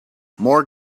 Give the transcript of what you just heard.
more